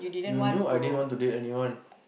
you knew I didn't want to date anyone